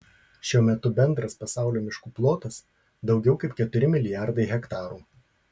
šiuo metu bendras pasaulio miškų plotas daugiau kaip keturi milijardai hektarų